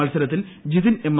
മത്സരത്തിൽ ജിതിൻ എം